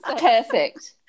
perfect